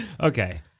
Okay